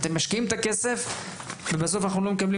אתם משקיעים את הכסף ובסוף אנחנו לא מקבלים